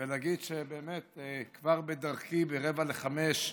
ונגיד שבאמת כבר בדרכי, ב-04:45,